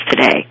today